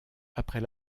après